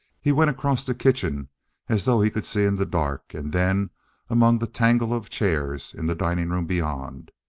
he went across the kitchen as though he could see in the dark, and then among the tangle of chairs in the dining room beyond.